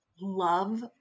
Love